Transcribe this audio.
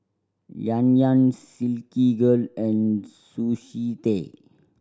Yan Yan Silkygirl and Sushi Tei